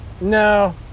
No